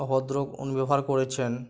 অভদ্র উনি ব্যবহার করেছেন